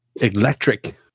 electric